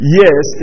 yes